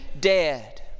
dead